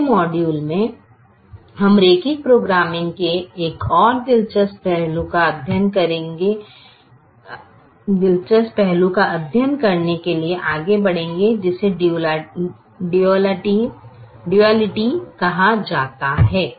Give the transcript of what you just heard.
अगले मॉड्यूल में हम रैखिक प्रोग्रामिंग के एक और दिलचस्प पहलू का अध्ययन करने के लिए आगे बढ़ेंगे जिसे डूयालिटी कहा जाता है